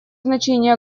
значение